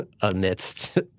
amidst